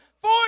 Four